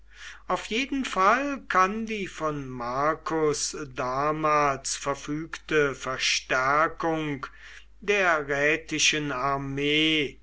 auf jeden fall kann die von marcus damals verfügte verstärkung der rätischen armee